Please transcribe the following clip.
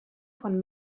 von